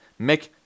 Mick